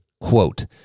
Quote